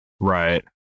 Right